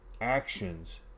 actions